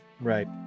Right